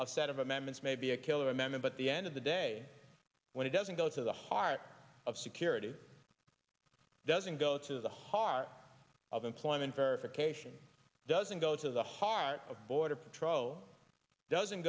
a set of amendments may be a killer memo but the end of the day when it doesn't go to the heart of security doesn't go to the heart of employment verification doesn't go to the heart of border patrol doesn't